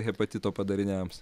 hepatito padariniams